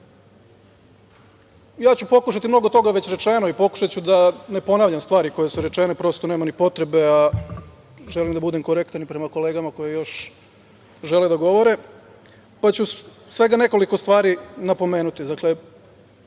narodni poslanici, mnogo toga je već rečeno i pokušaću da ne ponavljam stvari koje su rečene, prosto, nema ni potrebe, a želim da budem korektan i prema kolegama koje još žele da govore, pa ću svega nekoliko stvari napomenuti. Prvo